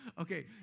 okay